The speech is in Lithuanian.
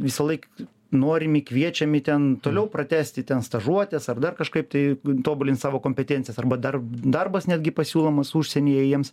visąlaik norimi kviečiami ten toliau pratęsti ten stažuotes ar dar kažkaip tai tobulint savo kompetencijas arba dar darbas netgi pasiūlomas užsienyje jiems